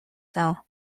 cell